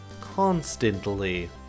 Constantly